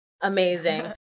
amazing